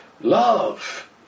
Love